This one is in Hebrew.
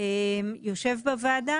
הוא יושב בוועדה.